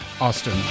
Austin